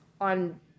on